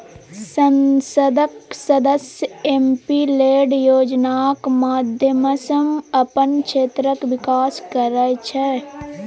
संसदक सदस्य MP LAD योजनाक माध्यमसँ अपन क्षेत्रक बिकास करय छै